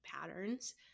patterns